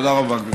תודה רבה.